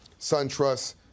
SunTrust